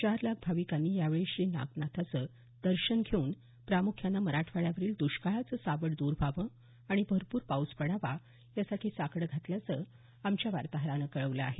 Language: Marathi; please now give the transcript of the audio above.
चार लाख भाविकांनी यावेळी श्री नागनाथाचं दर्शन घेऊन प्रामुख्यानं मराठवाड्यावरील द्रष्काळाचं सावट द्र व्हावं आणि भरपूर पाऊस पडावा यासाठी साकडं घातल्याचं आमच्या वार्ताहरानं कळवलं आहे